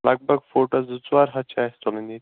لگ بھگ فوٹوَس زٕ ژور ہتھ چھِ اسہِ تُلٕنۍ ییٚتہِ